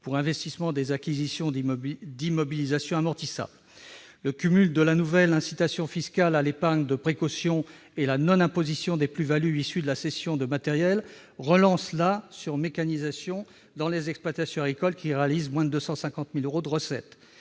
pour investissement des acquisitions d'immobilisations amortissables. Le cumul de la nouvelle incitation fiscale à l'épargne de précaution et la non-imposition des plus-values issues de la cession de matériel relancent la surmécanisation dans les exploitations agricoles qui réalisent moins de 250 000 euros de recettes.